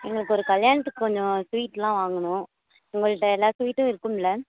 எங்களுக்கு ஒரு கல்யாணத்துக்கு கொஞ்சம் ஸ்வீடெலாம் வாங்கணும் உங்கள்கிட்ட எல்லா ஸ்வீட்டும் இருக்குமில